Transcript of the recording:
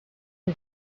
his